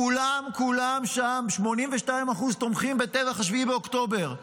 כולם כולם שם, 82% תומכים בטבח השביעי באוקטובר.